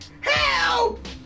HELP